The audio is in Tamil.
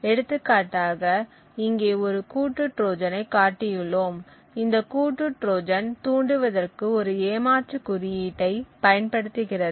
எடுத்துக்காட்டாக இங்கே ஒரு கூட்டு ட்ரோஜனைக் காட்டியுள்ளோம் இந்த கூட்டு ட்ரோஜன் தூண்டுவதற்கு ஒரு ஏமாற்று குறியீட்டைப் பயன்படுத்துகிறது